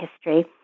history